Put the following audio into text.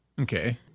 Okay